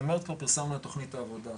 במרץ שאחריו כבר פירסמנו את תוכנית העבודה,